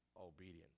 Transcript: obedient